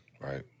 Right